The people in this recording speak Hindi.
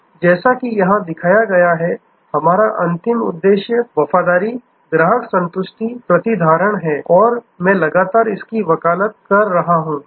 इसलिए जैसा कि यहां दिखाया गया है कि हमारा अंतिम उद्देश्य वफादारी ग्राहक संतुष्टि प्रतिधारण है और मैं लगातार इसकी वकालत कर रहा हूं